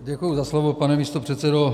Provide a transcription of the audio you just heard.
Děkuji za slovo, pane místopředsedo.